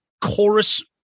chorus